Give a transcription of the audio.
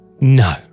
No